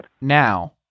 Now